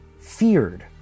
Feared